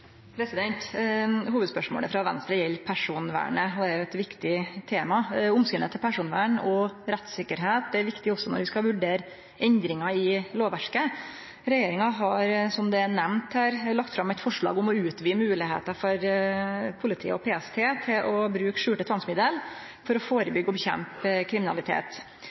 eit viktig tema. Omsynet til personvern og rettssikkerheit er viktig også når vi skal vurdere endringar i lovverket. Regjeringa har, som det er nemnt her, lagt fram eit forslag om å utvide moglegheita for politiet og PST til å bruke skjulte tvangsmiddel for å førebyggje og kjempe mot kriminalitet.